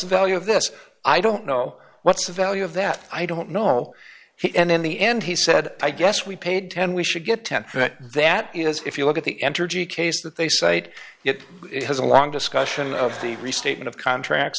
the value of this i don't know what's the value of that i don't know the end in the end he said i guess we paid ten we should get ten but that is if you look at the entergy case that they cite it has a long discussion of the restatement of contracts